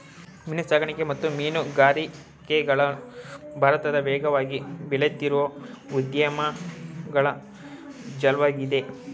ಮೀನುಸಾಕಣೆ ಮತ್ತು ಮೀನುಗಾರಿಕೆಗಳು ಭಾರತದ ವೇಗವಾಗಿ ಬೆಳೆಯುತ್ತಿರೋ ಉದ್ಯಮಗಳ ಜಾಲ್ವಾಗಿದೆ